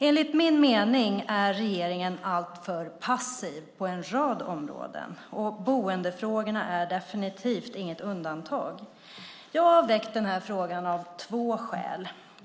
Enligt min mening är regeringen alltför passiv på en rad områden, och boendefrågorna är definitivt inget undantag. Jag har väckt frågan av två skäl.